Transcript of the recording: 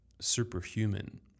superhuman